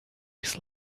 his